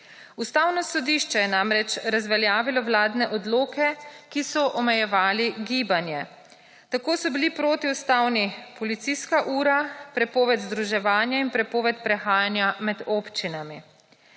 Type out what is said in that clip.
Ustavno sodišče je namreč razveljavilo vladne odloke, ki so omejevali gibanje. Tako so bili protiustavni policijska ura, prepoved združevanja in prepoved prehajanja med občinami.